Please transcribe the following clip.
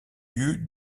eut